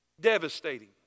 Devastating